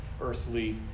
earthly